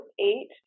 eight